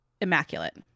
Immaculate